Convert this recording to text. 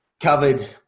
covered